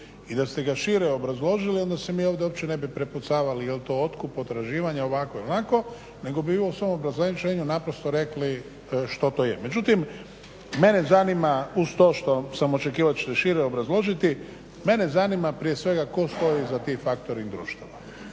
i da ste ga šire obrazložili, onda se mi ovdje uopće ne bi prepucavali jel ti otkup potraživanja, ovako ili onako, nego … naprosto rekli što to je. Međutim mene zanima uz to što sam očekivao da ćete šire obrazložiti, mene zanima prije svega tko stoji iza tih factoring društava?